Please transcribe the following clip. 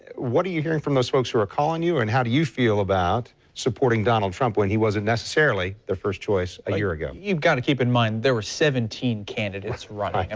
what are you hearing from those folks who are calling you, and how do you feel about supporting donald trump when he wasn't necessarily the first choice a year ago? he's got to deep in mind there were seventeen candidates running. and